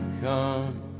come